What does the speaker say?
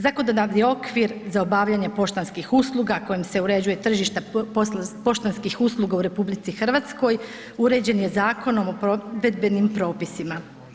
Zakonodavni okvir za obavljanje poštanskih usluga kojim se uređuje tržište poštanskih usluga u RH uređen je Zakonom o provedbenim propisima.